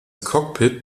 cockpit